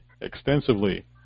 extensively